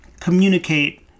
communicate